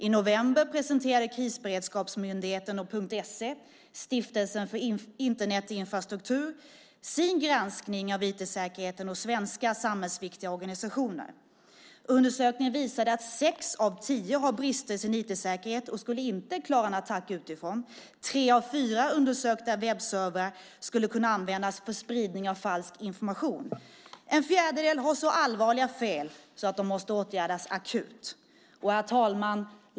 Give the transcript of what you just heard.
I november presenterade Krisberedskapsmyndigheten och .SE, Stiftelsen för Internetinfrastruktur, sin granskning av IT-säkerheten hos svenska samhällsviktiga organisationer. Undersökningen visade att sex av tio har brister i sin IT-säkerhet och inte skulle klara en attack utifrån. Tre av fyra undersökta webbservrar skulle kunna användas för spridning av falsk information. En fjärdedel har så allvarliga fel att de måste åtgärdas akut. Herr talman!